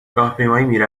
راهپیمایی